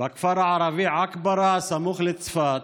בכפר הערבי עכברה הסמוך לצפת,